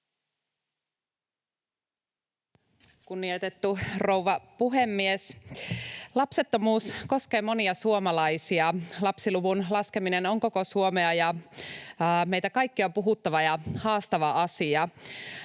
Kunnioitettu rouva puhemies! Lapsettomuus koskee monia suomalaisia. Lapsiluvun laskeminen on koko Suomea ja meitä kaikkia puhuttava ja haastava asia.